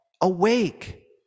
Awake